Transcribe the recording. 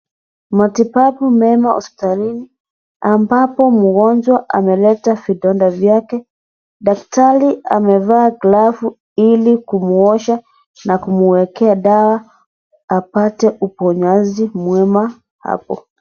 Matibabu mema hospitalini, ambapo mgonjwa ameleta vidonda vyake. Daktari amevaa glovu ili kumwosha na kumwekea dawa apate uponyaji mwema hapo.